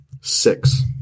six